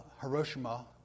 Hiroshima